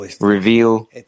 reveal